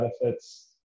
benefits